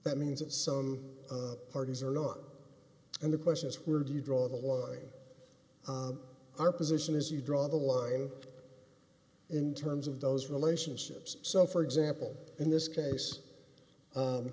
that means that some parties are not and the question is where do you draw the line our position is you draw the line in terms of those relationships so for example in this case